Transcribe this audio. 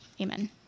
Amen